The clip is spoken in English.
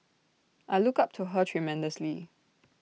I look up to her tremendously